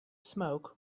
smoke